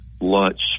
lunch